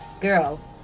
girl